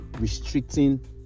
restricting